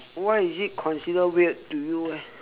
why is it considered weird to you eh